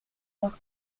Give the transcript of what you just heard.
noch